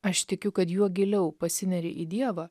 aš tikiu kad juo giliau pasineri į dievą